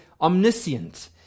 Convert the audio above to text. omniscient